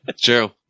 True